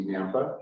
Nampa